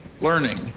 learning